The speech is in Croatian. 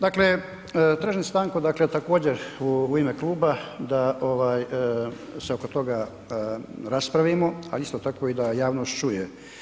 Dakle, tražim stanku, dakle, također u ime kluba da se oko toga raspravimo, a isto tako i da javnost čuje.